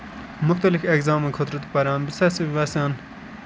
مُختٔلِف اٮ۪کزامَن خٲطرٕ تہِ پَران بہٕ چھُس یَژھان